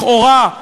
לכאורה,